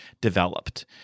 developed